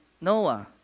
Noah